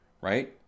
right